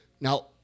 Now